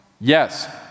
yes